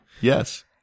Yes